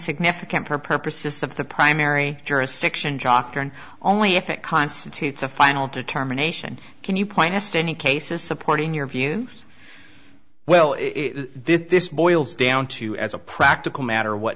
significant for purposes of the primary jurisdiction jocker and only if it constitutes a final determination can you point us to any cases supporting your views well this boils down to as a practical matter what